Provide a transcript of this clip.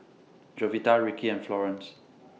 Jovita Rickey and Florance